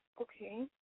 Okay